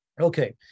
Okay